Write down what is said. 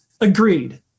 Agreed